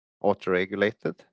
auto-regulated